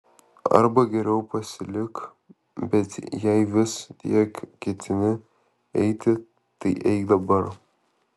arba geriau pasilik bet jei vis tiek ketini eiti tai eik dabar